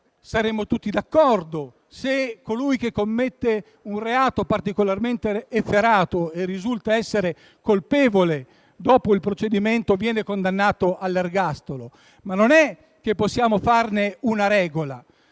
siamo tutti d'accordo, se colui che commette un reato particolarmente efferato e risulta essere colpevole dopo il procedimento viene condannato all'ergastolo, ma non possiamo farne una regola;